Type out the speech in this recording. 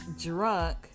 drunk